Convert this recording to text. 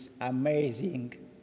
amazing